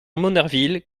monnerville